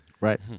Right